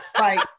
right